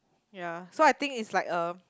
ya so I think is like a